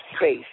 space